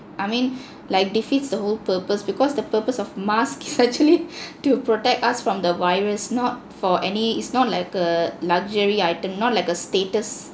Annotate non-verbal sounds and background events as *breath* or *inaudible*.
I mean *breath* like defeats the whole purpose because the purpose of masks is actually *laughs* to protect us from the virus not for any it's not like a luxury item not like a status